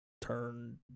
turn